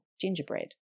gingerbread